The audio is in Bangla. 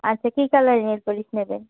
আচ্ছা কী কালারের নেল পালিশ নেবে